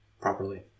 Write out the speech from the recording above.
properly